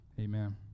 Amen